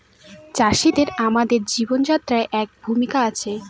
চাষিদের আমাদের জীবনযাত্রায় একটা ভূমিকা আছে